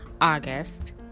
August